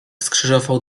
skrzyżował